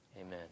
Amen